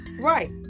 right